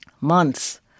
Months